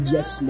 Yes